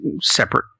separate